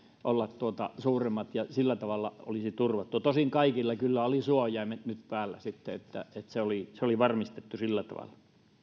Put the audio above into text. olla suuremmat ja sillä tavalla olisi turvattua tosin nyt kaikilla kyllä oli sitten suojaimet päällä niin että se oli se oli varmistettu sillä tavalla